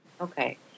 Okay